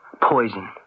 Poison